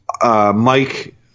Mike